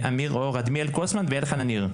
אמיר אור; אדמיאל קוסמן ואלחנן ניר.